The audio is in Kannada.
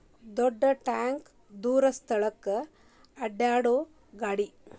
ದೊಡ್ಡ ಟ್ಯಾಂಕ ದೂರ ಸ್ಥಳಕ್ಕ ಅಡ್ಯಾಡು ಗಾಡಿ